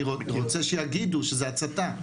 אני רוצה שיגידו שזה הצתה.